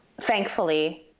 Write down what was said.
thankfully